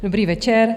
Dobrý večer.